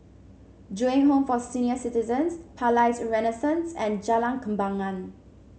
Ju Eng Home for Senior Citizens Palais Renaissance and Jalan Kembangan